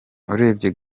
urebye